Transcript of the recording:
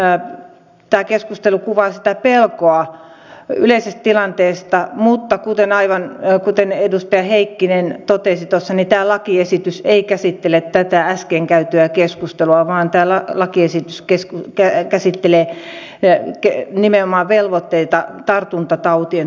toisaalta tämä keskustelu kuvaa sitä pelkoa yleisestä tilanteesta mutta aivan kuten edustaja heikkinen totesi tämä lakiesitys ei käsittele tätä äsken käytyä keskustelua vaan tämä lakiesitys käsittelee nimenomaan velvoitteita tartuntatautien torjuntatyössä